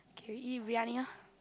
k we eat briyani ah